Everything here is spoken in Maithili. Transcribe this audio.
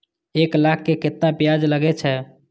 एक लाख के केतना ब्याज लगे छै?